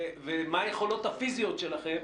ומה היכולות הפיזיות שלכם,